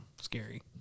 scary